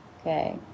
Okay